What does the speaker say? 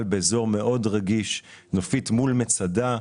באזור מאוד רגיש - נופית מול מצדה,